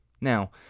Now